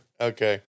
Okay